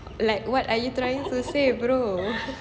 like what are you trying to say bro